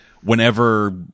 Whenever